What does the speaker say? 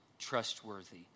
trustworthy